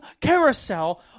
carousel